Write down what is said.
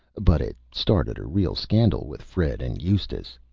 but it started a real scandal with fred and eustace.